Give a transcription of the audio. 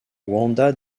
wanda